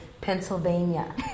Pennsylvania